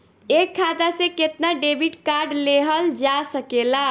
एक खाता से केतना डेबिट कार्ड लेहल जा सकेला?